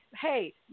hey